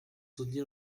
soutenir